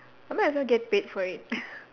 I might as well get paid for it